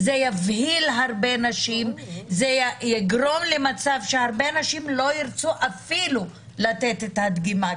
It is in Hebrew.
יגרום להרבה נשים להיבהל ושהרבה נשים לא ירצו לתת את הדגימה,